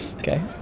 Okay